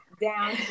down